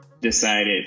decided